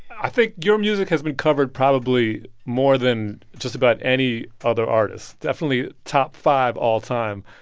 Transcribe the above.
i think your music has been covered probably more than just about any other artist definitely top five all time.